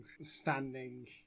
standing